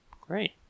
great